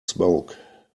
smoke